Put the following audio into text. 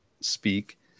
speak